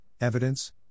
Evidence